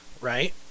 right